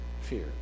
fear